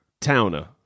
Towner